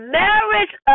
marriage